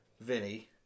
Vinny